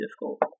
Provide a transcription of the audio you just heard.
difficult